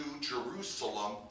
Jerusalem